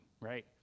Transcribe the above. right